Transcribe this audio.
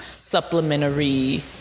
supplementary